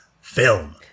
film